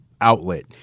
outlet